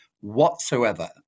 whatsoever